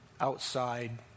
Outside